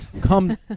Come